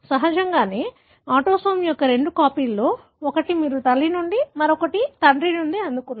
సహజంగానే ఆటోసోమ్ యొక్క రెండు కాపీలలో ఒకటి మీరు తల్లి నుండి మరొకటి తండ్రి నుండి అందుకున్నారు